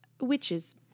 Witches